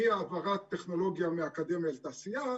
מהעברת טכנולוגיה מהאקדמיה לתעשייה,